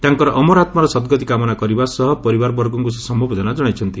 ତାଙ୍କର ଅମର ଆମାର ସଦ୍ଗତି କାମନା କରିବା ସହ ପରିବାରବର୍ଗଙ୍କୁ ସେ ସମବେଦନା ଜଣାଇଛନ୍ତି